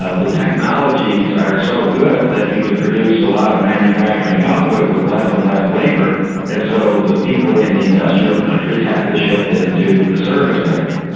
ah the technologies are so good that you can produce a lot of manufacturing output with less and less labour and so the people in the industrial countries have to shift into the service sector.